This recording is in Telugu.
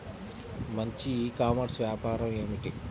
మంచి ఈ కామర్స్ వ్యాపారం ఏమిటీ?